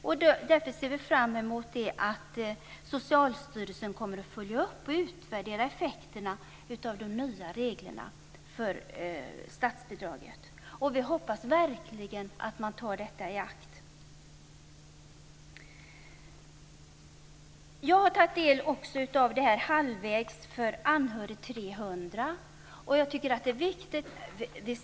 Vi ser därför fram emot att Socialstyrelsen kommer att följa upp och utvärdera effekterna av de nya reglerna för statsbidraget. Vi hoppas verkligen att man tar detta i akt. Jag har tagit del av Halvvägs för anhörig 300, som jag tycker är viktigt.